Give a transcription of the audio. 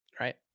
right